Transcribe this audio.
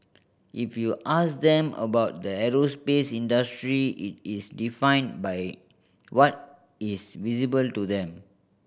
if you ask them about the aerospace industry it is defined by what is visible to them